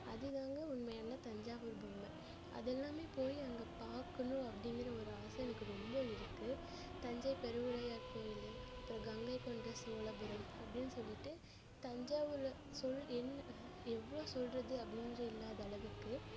அதுதாங்க உண்மையான தஞ்சாவூர் பொம்மை அதெல்லாம் போய் அங்கே பார்க்கணும் அப்படிங்கிற ஒரு ஆசை எனக்கு ரொம்ப இருக்கு தஞ்சை பெருவுடையார் கோவிலு அப்புறம் கங்கைகொண்ட சோழபுரம் அப்படின்னு சொல்லிட்டு தஞ்சாவூரில் என்ன எவ்வளோ சொல்கிறது அப்படின்ற இல்லாத அளவுக்கு